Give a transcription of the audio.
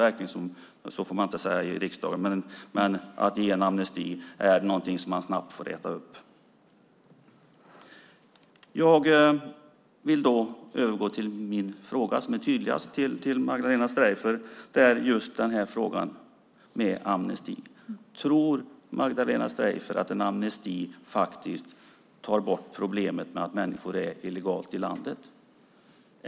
Man får inte säga så i riksdagen, men att ge en amnesti är någonting som man snabbt får äta upp. Jag vill då övergå till min tydligaste fråga till Magdalena Streijffert, och det är just frågan om amnesti: Tror Magdalena Streijffert att en amnesti tar bort problemet med att människor är illegalt i landet?